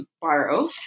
borrow